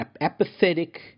apathetic